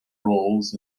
roles